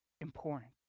important